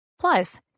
Plus